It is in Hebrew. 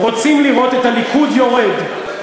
רוצים לראות את הליכוד יורד.